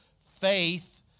faith